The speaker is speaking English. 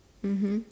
mmhmm